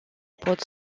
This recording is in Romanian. pot